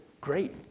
great